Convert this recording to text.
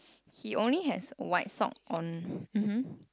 he only has white sock on hmm